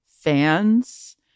fans